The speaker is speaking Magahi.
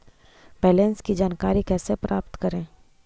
बैलेंस की जानकारी कैसे प्राप्त करे?